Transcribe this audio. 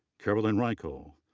caroline reichel,